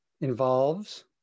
involves